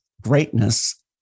greatness